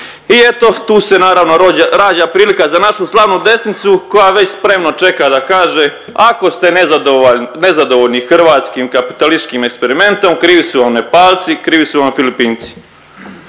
I eto tu se naravno rađa prilika za našu slavnu desnicu koja već spremno čeka da kaže ako ste nezadovoljni hrvatskim kapitalističkim eksperimentom krivi su vam Nepalci, krivi su vam Filipinci.